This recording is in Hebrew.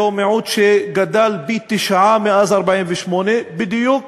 זהו מיעוט שגדל פי-תשעה מאז 1948, בדיוק